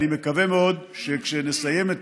אני מקווה מאוד שכשנסיים את